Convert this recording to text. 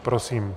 Prosím.